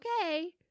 okay